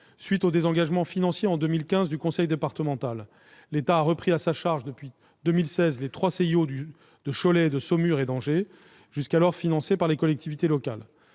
suite du désengagement financier en 2015 du conseil départemental, l'État a repris à sa charge, depuis 2016, les trois CIO de Cholet, de Saumur et d'Angers, jusqu'alors financés par les collectivités locales.